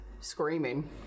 Screaming